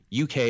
UK